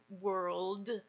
world